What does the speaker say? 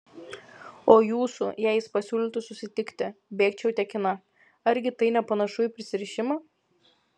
o jūsų jei jis pasiūlytų susitikti bėgčiau tekina argi tai nepanašu į prisirišimą